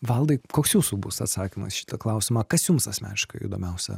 valdai koks jūsų bus atsakymas į šitą klausimą kas jums asmeniškai įdomiausia